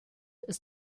ist